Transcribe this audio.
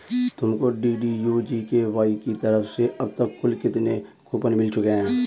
तुमको DDU GKY की तरफ से अब तक कुल कितने कूपन मिल चुके हैं?